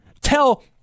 tell